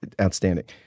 outstanding